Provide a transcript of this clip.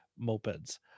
mopeds